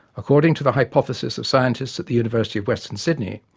according to the hypothesis of scientists at the university of western sydney,